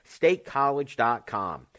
StateCollege.com